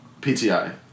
PTI